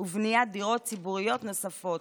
ובניית דירות ציבוריות נוספות.